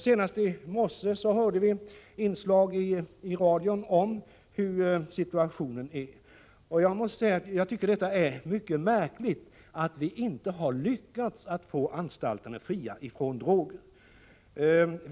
Senast i morse fick vi i ett inslag i radion en beskrivning av hur situationen är. Jag måste säga att jag tycker det är mycket märkligt att vi inte har lyckats få anstalterna fria från droger.